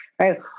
right